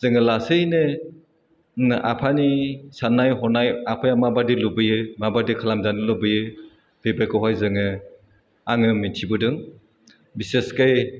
जोङो लासैनो आफानि सान्नाय हन्नाय आफाया मा बादि लुबैयो मा बादि खालामजानो लुबैयो बेफोरखौहाय जोङो आङो मिथिबोदों बिसोसखै